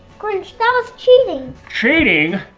grinch, that was cheating. cheating?